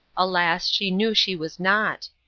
alas, she knew she was not.